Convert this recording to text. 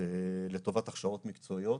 לטובת הכשרות מקצועיות.